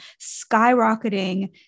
skyrocketing